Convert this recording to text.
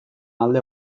alde